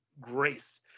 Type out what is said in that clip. grace